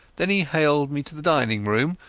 then he haled me to the dining-room,